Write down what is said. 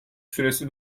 süresi